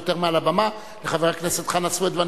ביותר מעל הבמה לחבר הכנסת חנא סוייד,